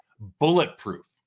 bulletproof